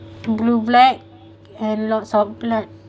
blue black and lots of blood